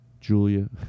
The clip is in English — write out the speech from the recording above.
Julia